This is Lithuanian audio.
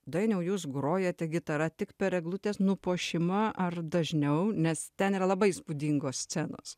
dainiau jūs grojate gitara tik per eglutės nupuošimą ar dažniau nes ten yra labai įspūdingos scenos